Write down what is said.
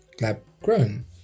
lab-grown